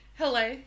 hello